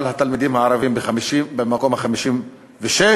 אבל התלמידים הערבים במקום ה-56.